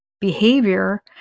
behavior